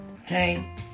Okay